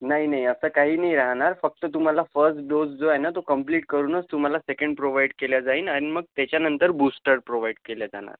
नाही नाही असं काही नाही राहणार फक्त तुम्हाला फर्स्ट डोस जो आहे ना तो कंप्लीट करूनच तुम्हाला सेकंड प्रोवाईड केला जाईल आणि मग त्याच्यानंतर बुस्टर प्रोवाईड केल्या जाणार